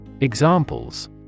Examples